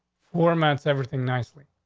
four months, everything nicely.